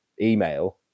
email